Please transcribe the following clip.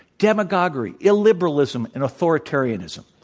demagoguery, illiberalism, and authoritarianism.